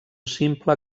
simple